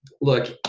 Look